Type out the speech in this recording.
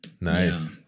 nice